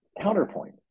counterpoint